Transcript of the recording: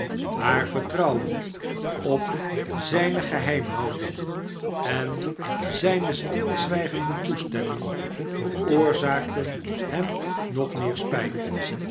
haar vertrouwen op zijne geheimhouding en zijne stilzwijgende toestemming veroorzaakten hem nog meer spijt